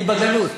אני בגלות.